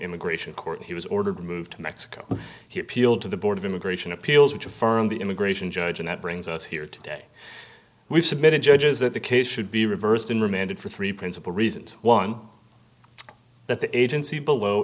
immigration court he was ordered to move to mexico he appealed to the board of immigration appeals which affirm the immigration judge and that brings us here today we've submitted judges that the case should be reversed and remanded for three principal reasons one that the agency below